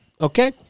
Okay